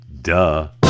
Duh